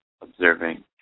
observing